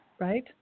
right